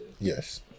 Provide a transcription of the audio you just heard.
yes